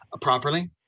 properly